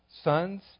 sons